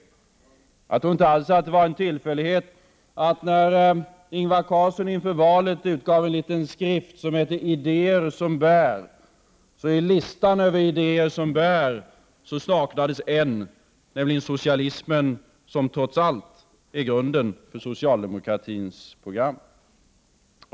Jag tror inte alls att det var en tillfällighet att det, när Ingvar Carlsson inför valet utgav en liten skrift som hette Idéer som bär, i listan över idéer som bär saknades en, nämligen socialismen, som trots allt är grunden för socialdemokratins program.